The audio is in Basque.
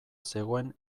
zegoen